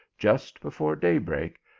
just before daybreak,